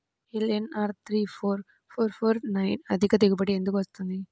LNR three four four four nine అధిక దిగుబడి ఎందుకు వస్తుంది?